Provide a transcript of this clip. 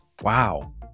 Wow